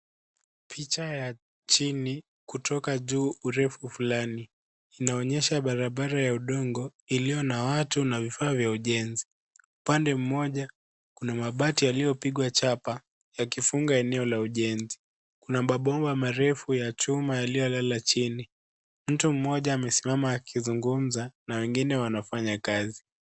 Picha ya chini kutoka juu urefu fulani inaonyesha barabara ya udongo iliyo na watu na vifaa vya ujenzi. Upande mmoja kuna mabati yaliyopigwa chapa yakifunga eneo la ujenzi. Kuna mabomba marefu ya chuma yaliyolala chini. Mtu mmoja amesiamama akizungumza na wengine wanafanya kazi.